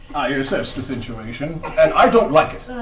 assess the situation, and i don't like it.